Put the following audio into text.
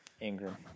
Ingram